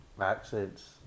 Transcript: accents